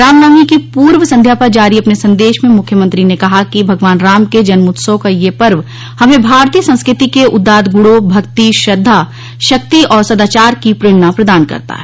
रामनवमी की पूर्व संध्या पर जारी अपने संदेश में मुख्यमंत्री ने कहा कि भगवान राम के जन्मोत्सव का यह पर्व हमें भारतीय संस्कृति के उदात्त गुणों भक्ति श्रद्वा शक्ति और सदाचार की प्रेरणा प्रदान करता है